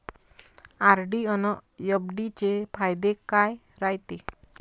RD अन FD चे फायदे काय रायते?